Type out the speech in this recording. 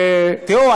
תראו,